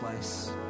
place